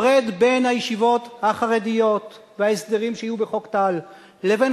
הפרד בין הישיבות החרדיות וההסדרים שיהיו בחוק טל לבין